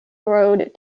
road